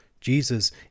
Jesus